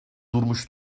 durmuş